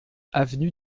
avenue